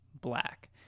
black